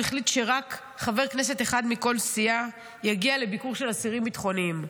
הוא החליט שרק חבר כנסת אחד מכל סיעה יגיע לביקור של אסירים ביטחוניים.